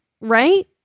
right